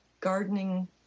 gardening